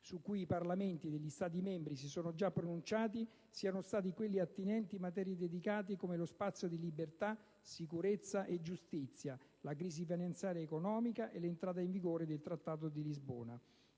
su cui i Parlamenti degli Stati membri si sono più pronunciati siano stati quelli attinenti materie delicate come lo spazio di libertà, sicurezza e giustizia, la crisi finanziaria ed economica e l'entrata in vigore del Trattato di Lisbona.